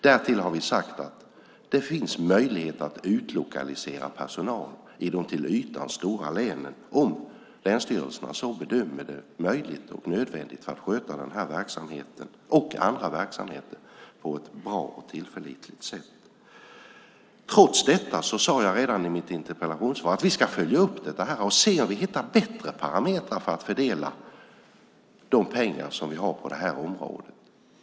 Därtill har vi sagt att det finns möjlighet att utlokalisera personal i de till ytan stora länen om länsstyrelserna bedömer att det är nödvändigt och möjligt för att sköta denna och andra verksamheter på ett bra och tillförlitligt sätt. Trots detta sade jag redan i interpellationssvaret att vi ska följa upp det här och se om vi kan hitta bättre parametrar för att fördela pengarna på det här området.